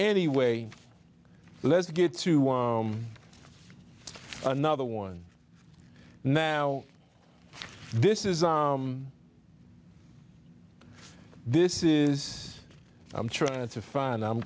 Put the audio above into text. anyway let's get to another one now this is this is i'm trying to find i'm